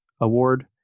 Award